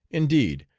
indeed,